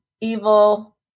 evil